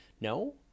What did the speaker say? No